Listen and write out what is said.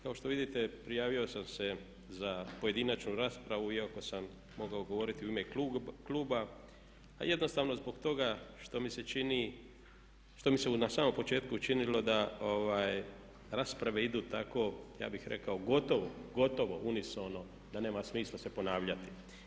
Kao što vidite prijavio sam se za pojedinačnu raspravu iako sam mogao govoriti u ime kluba a jednostavno zbog toga što mi se na samom početku činilo da rasprave idu tako, ja bih rekao gotovo, gotovo unisono da nema smisla se ponavljati.